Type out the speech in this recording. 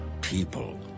people